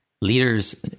leaders